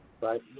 right